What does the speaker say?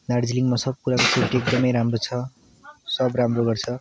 दार्जिलिङमा सब कुरा एकदमै राम्रो छ सब राम्रो गर्छ